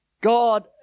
God